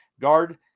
guard